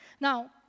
Now